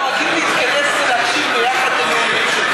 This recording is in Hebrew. אנחנו נוהגים להתכנס ולהקשיב יחד לנאומים שלך.